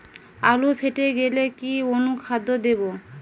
আলু ফেটে গেলে কি অনুখাদ্য দেবো?